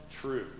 true